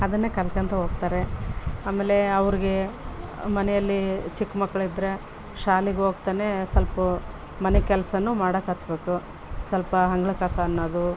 ಅದನ್ನೇ ಕಲಿತ್ಕೋತ ಹೋಗ್ತಾರೆ ಆಮೇಲೆ ಅವ್ರಿಗೆ ಮನೆಯಲ್ಲಿ ಚಿಕ್ಕ ಮಕ್ಳು ಇದ್ರೆ ಶಾಲೆಗೆ ಹೋಗ್ತಾನೆ ಸಲ್ಪ ಮನೆ ಕೆಲ್ಸ ಮಾಡೋಕ್ ಹಚ್ಬೇಕು ಸ್ವಲ್ಪ ಅಂಗಳ ಕಸ ಅನ್ನೋದು